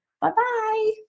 Bye-bye